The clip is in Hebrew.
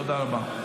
תודה רבה.